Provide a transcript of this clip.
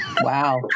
Wow